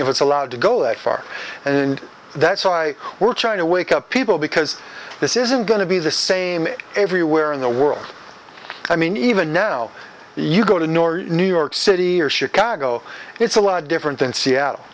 if it's allowed to go that far and that's why we're trying to wake up people because this isn't going to be the same everywhere in the world i mean even now you go to north new york city or chicago it's a lot different than seattle